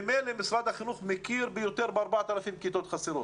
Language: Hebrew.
ממילא משרד החינוך מכיר בכך שיותר מ-4,000 כיתות חסרות.